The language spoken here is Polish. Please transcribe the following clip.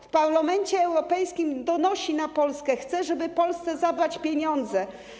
w Parlamencie Europejskim donosi na Polskę, chce, żeby Polsce zabrać pieniądze.